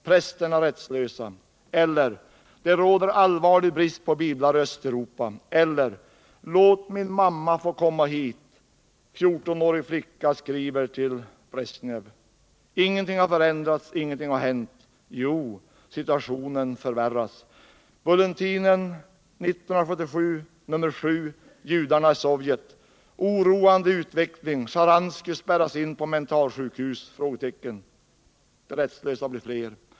Prästerna rättslösa.” Eller: ”Det råder allvarlig brist på biblar i Östeuropa.” Eller: ”Låt min mamma få komma hit.” — 14-årig flicka skriver till Brezjnev. Ingenting har förändrats. Ingenting har hänt. Jo, situationen förvärras. Bulletin 1977, nr 7: ”Judarna i Sovjet. Oroande utveckling. Sharansky spärras in på mentalsjukhus?” De rättslösa blir fler.